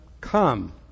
come